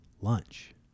lunch